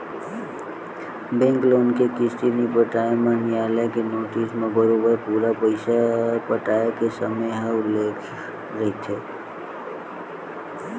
bank loan के किस्ती नइ पटाए म नियालय के नोटिस म बरोबर पूरा पइसा पटाय के समे ह उल्लेख रहिथे